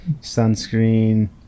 sunscreen